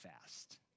fast